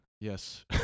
Yes